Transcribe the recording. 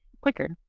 quicker